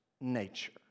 nature